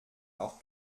auch